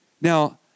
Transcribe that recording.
Now